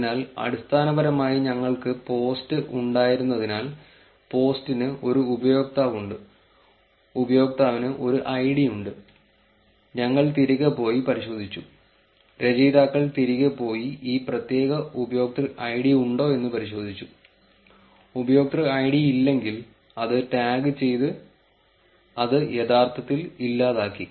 അതിനാൽ അടിസ്ഥാനപരമായി ഞങ്ങൾക്ക് പോസ്റ്റ് ഉണ്ടായിരുന്നതിനാൽ പോസ്റ്റിന് ഒരു ഉപയോക്താവ് ഉണ്ട് ഉപയോക്താവിന് ഒരു ഐഡി ഉണ്ട് ഞങ്ങൾ തിരികെ പോയി പരിശോധിച്ചു രചയിതാക്കൾ തിരികെ പോയി ഈ പ്രത്യേക ഉപയോക്തൃ ഐഡി ഉണ്ടോ എന്ന് പരിശോധിച്ചു ഉപയോക്തൃ ഐഡി ഇല്ലെങ്കിൽ അത് ടാഗുചെയ്തു അത് യഥാർത്ഥത്തിൽ ഇല്ലാതാക്കി